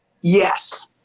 Yes